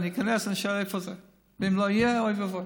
אני איכנס, אשאל איפה זה, ואם לא יהיה, אוי ואבוי.